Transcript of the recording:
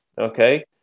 okay